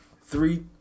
Three